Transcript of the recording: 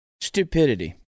Stupidity